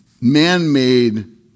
man-made